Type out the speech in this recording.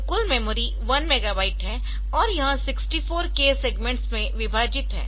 तो कुल memory 1 megabyte है और यह 64K सेग्मेंट्स में विभाजित है